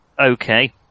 Okay